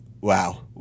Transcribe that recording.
Wow